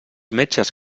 metges